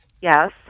Yes